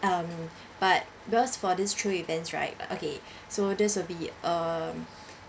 um but because for this thrill events right okay so this will be um